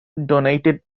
donated